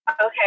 Okay